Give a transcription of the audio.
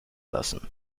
lassen